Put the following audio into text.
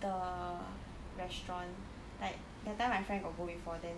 the restaurant like that time my friend got go before then